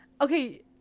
okay